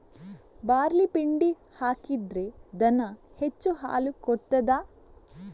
Barley ಪಿಂಡಿ ಹಾಕಿದ್ರೆ ದನ ಹೆಚ್ಚು ಹಾಲು ಕೊಡ್ತಾದ?